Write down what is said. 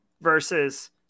versus